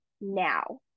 now